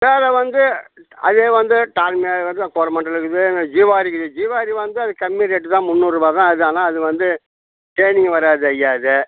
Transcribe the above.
வேறு வந்து அதே வந்து டால்மியா பதிலாக கோரமண்டல் இருக்குது இங்கே ஜீவாரி இருக்குது ஜீவாரி வந்து அது கம்மி ரேட்டு தான் முந்நூறுபா தான் அது ஆனால் அது வந்து சைனிங் வராது ஐயா அது